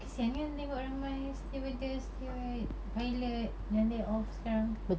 kesian kan tengok ramai stewardess steward pilot yang laid off sekarang